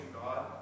God